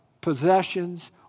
possessions